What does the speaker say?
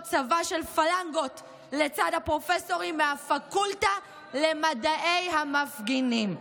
צבא של פלנגות לצד הפרופסורים מהפקולטה למדעי המפגינים.